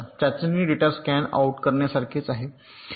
चाचणी data scan out करण्यासारखेच आहे